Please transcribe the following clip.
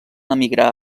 emigrar